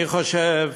אני חושב